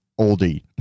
oldie